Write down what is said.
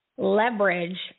Leverage